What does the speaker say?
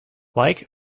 like